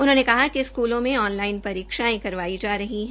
उन्होंने कहा कि स्कूलों में ऑन लाइन परीक्षायें करवाई जा रही है